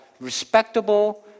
respectable